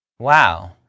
wow